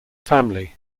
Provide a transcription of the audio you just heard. family